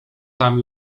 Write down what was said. tam